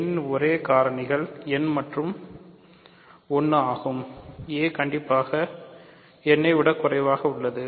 n இன் ஒரே காரணிகள் n மற்றும் 1 ஆகும் a கண்டிப்பாக n ஐ விட குறைவாக உள்ளது